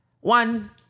one